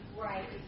right